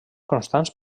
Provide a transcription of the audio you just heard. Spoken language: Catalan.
constants